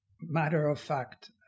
matter-of-fact